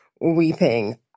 weeping